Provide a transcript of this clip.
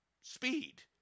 speed